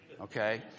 okay